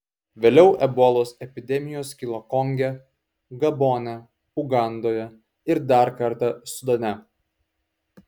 vėliau ebolos epidemijos kilo konge gabone ugandoje ir dar kartą sudane